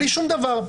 בלי שום דבר,